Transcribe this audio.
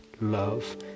love